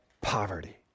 poverty